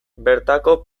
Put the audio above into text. bertako